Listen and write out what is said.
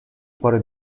cuore